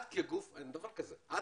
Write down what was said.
את